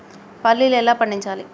పల్లీలు ఎలా పండించాలి?